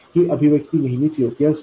ही अभिव्यक्ती नेहमीच योग्य असते